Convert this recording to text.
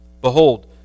Behold